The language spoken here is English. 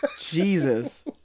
Jesus